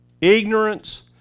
Ignorance